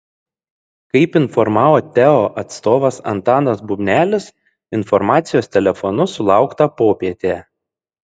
kaip informavo teo atstovas antanas bubnelis informacijos telefonu sulaukta popietę